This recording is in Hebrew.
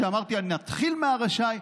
שאמרתי שנתחיל מהרשאי,